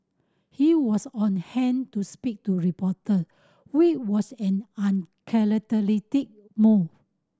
he was on hand to speak to reporter which was an uncharacteristic move